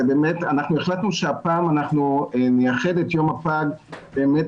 אנחנו החלטנו שהפעם נייחד את יום הפג באמת